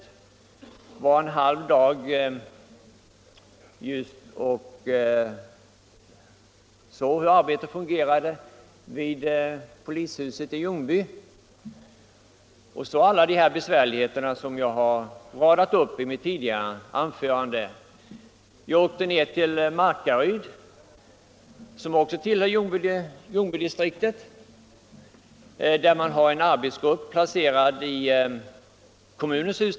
Jag var en halv dag och såg just hur arbetet fungerade vid polishuset i Ljungby med alla de besvärligheter som jag har radat upp i mitt tidigare anförande. Jag åkte sedan till Markaryd, som också tillhör Ljungbydistriktet, där man har en arbetsgrupp placerad i kommunens hus.